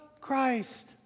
Christ